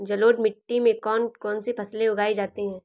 जलोढ़ मिट्टी में कौन कौन सी फसलें उगाई जाती हैं?